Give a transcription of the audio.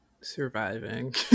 surviving